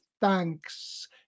thanks